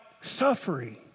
suffering